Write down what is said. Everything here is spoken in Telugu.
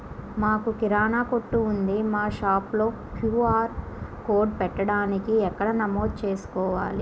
మాకు కిరాణా కొట్టు ఉంది మా షాప్లో క్యూ.ఆర్ కోడ్ పెట్టడానికి ఎక్కడ నమోదు చేసుకోవాలీ?